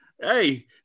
Hey